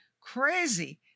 crazy